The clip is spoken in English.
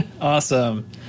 Awesome